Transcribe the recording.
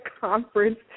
conference